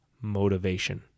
Motivation